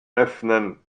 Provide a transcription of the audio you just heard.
öffnen